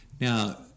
Now